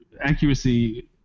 accuracy